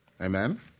Amen